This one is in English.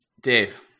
Dave